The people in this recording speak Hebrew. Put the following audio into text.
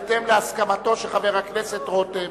בהתאם להסכמתו של חבר הכנסת רותם.